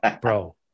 bro